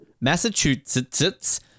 Massachusetts